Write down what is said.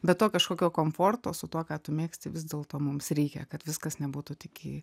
be to kažkokio komforto su tuo ką tu mėgsti vis dėlto mums reikia kad viskas nebūtų tik į